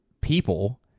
people